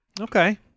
Okay